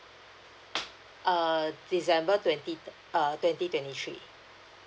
err december twenty uh twenty twenty three